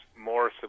more